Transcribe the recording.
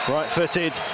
Right-footed